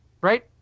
right